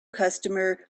customer